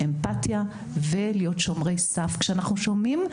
אמפתיה ולהיות שומרי סף כשאנחנו שומעים.